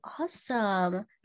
awesome